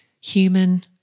human